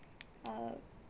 uh